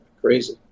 Crazy